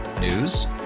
News